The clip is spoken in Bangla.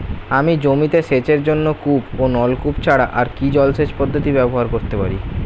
আমি জমিতে সেচের জন্য কূপ ও নলকূপ ছাড়া আর কি জলসেচ পদ্ধতি ব্যবহার করতে পারি?